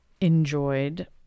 enjoyed